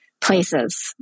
places